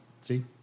see